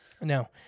No